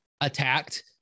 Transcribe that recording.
attacked